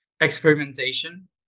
experimentation